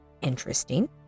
Interesting